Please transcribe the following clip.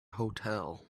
hotel